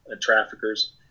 traffickers